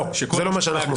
לא, זה לא מה שאנחנו עושים.